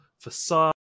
facade